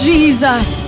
Jesus